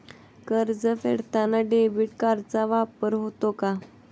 कर्ज फेडताना डेबिट कार्डचा वापर होतो का?